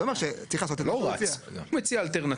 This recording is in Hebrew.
זה אומר שצריך לעשות --- הוא מציע אלטרנטיבה.